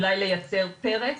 אולי לייצר פרק